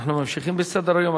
אנחנו ממשיכים בסדר-היום.